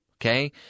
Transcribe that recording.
Okay